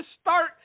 start